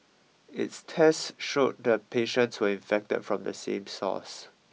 its tests showed the patients were infected from the same source